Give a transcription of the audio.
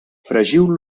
fregiu